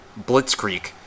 blitzkrieg